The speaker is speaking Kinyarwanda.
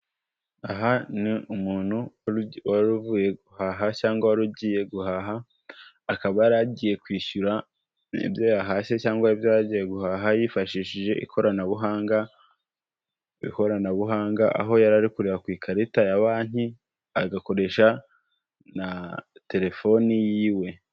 Aha ni umuntu wari uvuye guhaha cyangwa wari ugiye guhaha, akaba yarigiye kwishyura ibyo yahashye cyangwa ibyo yaragiye guhaha yifashishije ikoranabuhanga, aho yariri kureba ku ikarita ya banki agakoresha na telefoni yiwe.